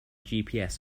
gps